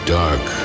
dark